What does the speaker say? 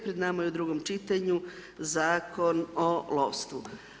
Pred nama je u drugom čitanju Zakon o lovstvu.